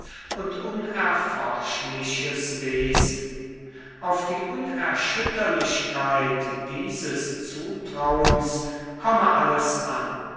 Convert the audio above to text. und unerforschliches wesen auf die unerschütterlichkeit dieses zutrauens komme alles an